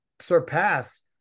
surpass